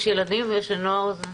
יש ילדים ויש נוער.